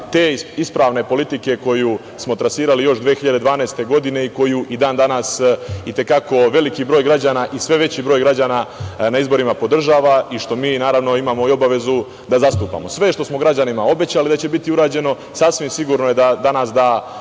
te ispravne politike koju smo trasirali još 2012. godine i koju i dan-danas i te kako veliki broj građana i sve veći broj građana na izborima podržava i što mi, naravno, imamo i obavezu da zastupamo. Sve što smo građanima obećali da će biti urađeno, sasvim sigurno je da će danas